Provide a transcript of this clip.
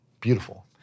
Beautiful